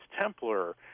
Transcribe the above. Templar